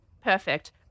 Perfect